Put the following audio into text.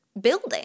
Building